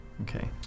Okay